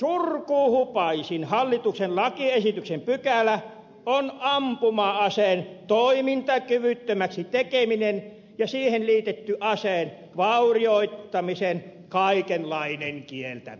mutta kenties surkuhupaisin hallituksen lakiesityksen pykälä on ampuma aseen toimintakyvyttömäksi tekeminen ja siihen liitetty aseen vaurioittamisen kaikenlainen kieltäminen